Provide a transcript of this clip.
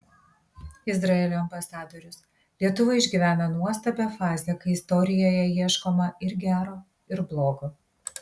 izraelio ambasadorius lietuva išgyvena nuostabią fazę kai istorijoje ieškoma ir gero ir blogo